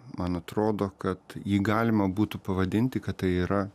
man atrodo kad jį galima būtų pavadinti kad tai yra